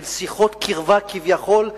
של שיחות קרבה כביכול,